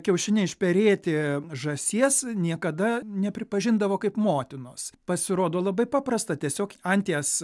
kiaušiniai išperėti žąsies niekada nepripažindavo kaip motinos pasirodo labai paprasta tiesiog anties